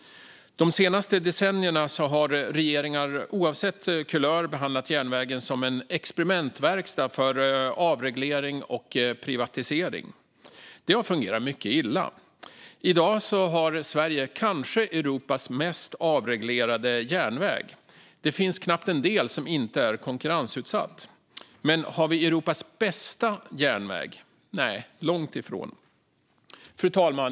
De senaste decennierna har regeringar oavsett kulör behandlat järnvägen som en experimentverkstad för avreglering och privatisering. Det har fungerat mycket illa. I dag har Sverige kanske Europas mest avreglerade järnväg; det finns knappt en del som inte är konkurrensutsatt. Men har vi Europas bästa järnväg? Nej, långt ifrån. Fru talman!